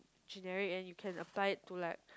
generic and you can apply it to like